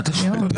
מה אתה שואל אותי?